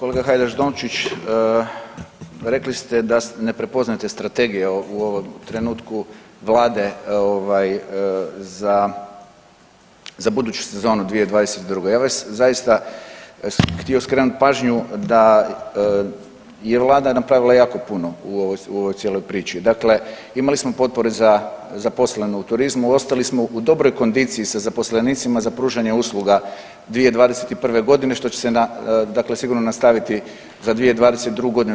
Kolega Hajdaš Dončić, rekli ste da ne prepoznajete strategije u ovom trenutku vlade ovaj za, za buduću sezonu 2022.g. Ja bih zaista htio skrenut pažnju da je vlada napravila jako puno u ovoj cijeloj priči, dakle imali smo potpore za zaposlene u turizmu, ostali smo u dobroj kondiciji sa zaposlenicima za pružanje usluga 2021.g., što će se na dakle sigurno nastaviti za 2022.g.